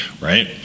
right